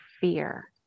fear